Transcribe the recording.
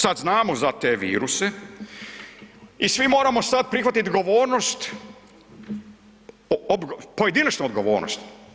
Sad znamo za te viruse, i svi moramo sad prihvatit odgovornost, pojedinačnu odgovornost.